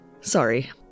Sorry